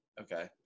Okay